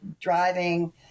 driving